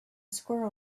squirrel